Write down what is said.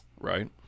Right